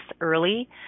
early